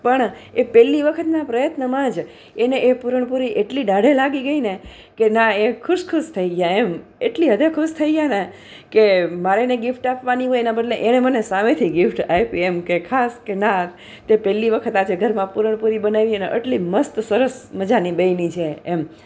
પણ એ પહેલી વખતના પ્રયત્નમાં જ એને એ પૂરણપૂરી એટલી દાઢે લાગી ગઈને કે ના એ ખુશ ખુશ થઈ ગયા એમ એટલી હદે ખુશ થઈ ગયા ને કે મારે એને ગિફ્ટ આપવાની હોય એના બદલે એણે મને સામેથી ગિફ્ટ આપી એમકે ખાસ કે ના કે પહેલી વખત આજે ઘરમાં પૂરણપૂરી બનાવી અને આટલી મસ્ત સરસ મજાની બની છે એમ